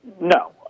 No